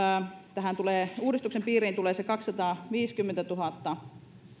uudistuksen piiriin tulee se kaksisataaviisikymmentätuhatta